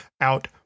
out